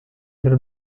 del